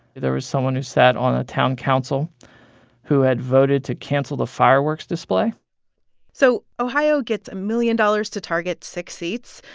there was someone who sat on a town council who had voted to cancel the fireworks display so ohio gets a million dollars to target six seats.